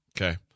Okay